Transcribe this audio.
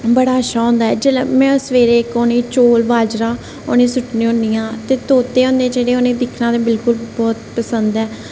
बड़ा अच्छा होंदा ऐ जेल्लै में सवेरे इक उ'नेंगी चौल बाजरा सुट्टनी उ'नेंगी होन्नी आं ते तोते होंदे जेह्ड़े उ'नेंगी दिक्खना ते बोह्त पसंद ऐ